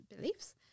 beliefs